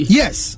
yes